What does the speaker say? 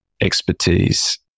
expertise